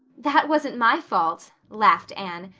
that wasn't my fault, laughed anne.